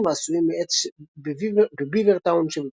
העשויים מעץ בביוורטאון שבפנסילבניה.